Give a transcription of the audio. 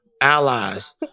allies